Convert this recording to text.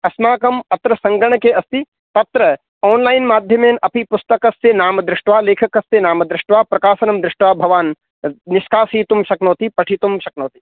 अस्माकम् अत्र सङ्गणके अस्ति तत्र आन्लैन् माध्यमेन अपि पुस्तकस्य नाम दृष्ट्वा लेखकस्य नाम दृष्ट्वा प्रकासनं दृष्ट्वा भवान् निष्कासीतुं शक्नोति पठितुं शक्नोति